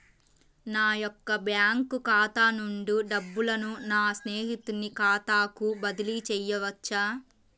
నా యొక్క బ్యాంకు ఖాతా నుండి డబ్బులను నా స్నేహితుని ఖాతాకు బదిలీ చేయవచ్చా?